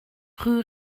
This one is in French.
rue